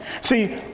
See